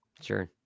Sure